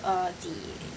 uh the